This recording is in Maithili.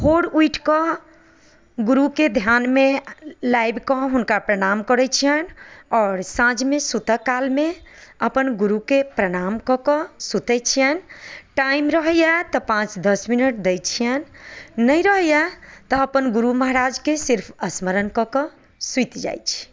भोर उठिके गुरुके धिआनमे लाबिकऽ हम हुनका प्रणाम करै छिअनि आओर साँझमे सुतऽ कालमे अपन गुरुके प्रणाम कऽ कऽ सुतै छिअनि टाइम रहैए तऽ पाँच दस मिनट दै छिअनि नहि रहैए तऽ अपन गुरु महाराजके सिर्फ स्मरण कऽ कऽ सुति जाइ छी